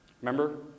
Remember